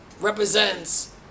represents